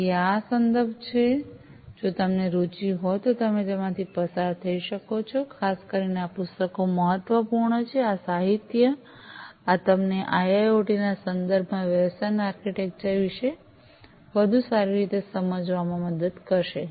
તેથી આ આ સંદર્ભો છે જો તમને રુચિ હોય તો તમે તેમાંથી પસાર થઈ શકો છો ખાસ કરીને આ પુસ્તકો મહત્વપૂર્ણ છે આ સાહિત્ય આ તમને આઈઆઈઑટી ના સંદર્ભમાં વ્યવસાય આર્કિટેક્ચર વિશે વધુ સારી રીતે સમજવામાં મદદ કરશે